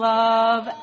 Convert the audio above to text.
love